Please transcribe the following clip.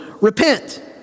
repent